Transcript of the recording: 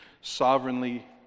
sovereignly